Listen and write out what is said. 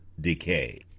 decay